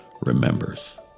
remembers